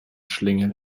schlingel